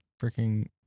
freaking